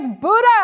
Buddha